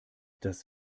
das